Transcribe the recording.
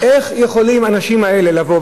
ועכשיו, איך יכולים האנשים האלה לבוא?